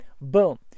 boom